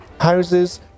houses